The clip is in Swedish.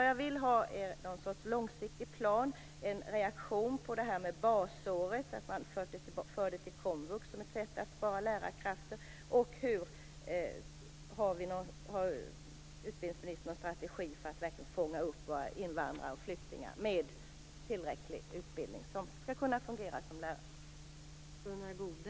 Jag vill alltså ha någon sorts långsiktig plan, en reaktion på detta att basåret förs över till komvux som ett sätt att spara lärarkrafter och dessutom vill jag veta om utbildningsministern har någon strategi för att verkligen fånga upp våra invandrare och flyktingar med tillräcklig utbildning som kan fungera som lärare.